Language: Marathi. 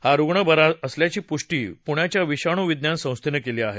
हा रुग्ण बरा झाला असल्याची पुष्टी पुण्याच्या विषाणू विज्ञान संस्थेनं केली आहे